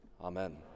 Amen